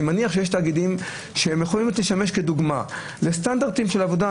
אני מניח שיש תאגידים שיכולים לשמש כדוגמה לסטנדרטים של עבודה.